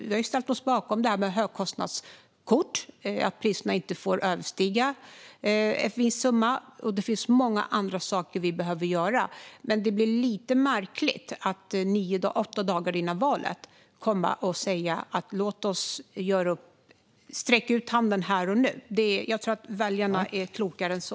Vi har ställt oss bakom högkostnadskort, att priserna inte får överstiga en viss summa. Det finns många andra saker vi behöver göra. Men det blir lite märkligt att åtta dagar innan valet säga: Sträck ut handen här och nu. Jag tror att väljarna är klokare än så.